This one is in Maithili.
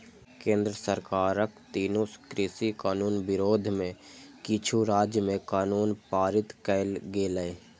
केंद्र सरकारक तीनू कृषि कानून विरोध मे किछु राज्य मे कानून पारित कैल गेलै